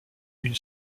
une